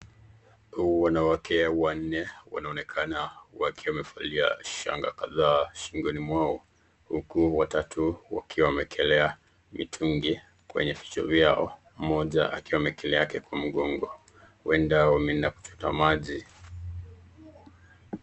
Wanawake wanne wanaonekana wakiwa wamevalia shanga kadhaa shingoni mwao huku watatu wakiwa wamewekelea mitungi kwenye vichwa vyao mmoja akiwa amewekelea yake kwenye mgongo huenda wameenda kuchota maji.